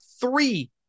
three